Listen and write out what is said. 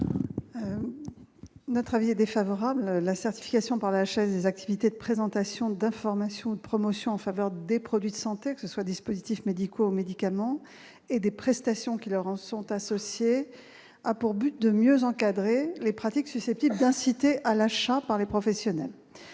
Notre avis est défavorable, la certification par la chaîne des activités de présentation d'informations de promotion en faveur des produits de santé, que ce soit, dispositifs médicaux, médicaments et des prestations qui le rend sont associés à pour but de mieux encadrer les pratiques susceptibles d'inciter à l'achat par les professionnels,